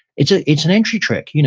it's ah it's an entry trick. you know